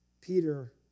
Peter